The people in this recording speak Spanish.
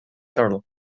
carl